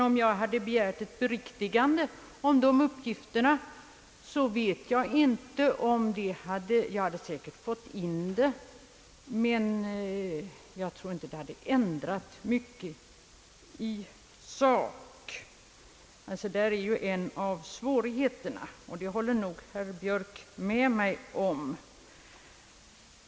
Om jag hade begärt ett beriktigande, hade jag visserligen säkert fått in det, men jag tror inte att det hade ändrat mycket i sak. Påståendet var gjort och i bestämt syfte. Där är ju en av svårigheterna — det håller nog herr Björk med mig om.